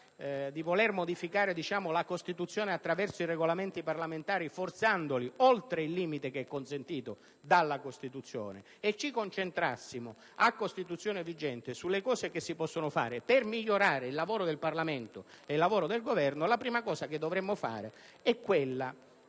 di voler modificare la Costituzione attraverso i Regolamenti parlamentari forzandoli oltre il limite consentito dalla Costituzione e ci concentrassimo, a Costituzione vigente, su quello che si può fare per migliorare il lavoro del Parlamento e del Governo, la prima cosa che dovremmo fare è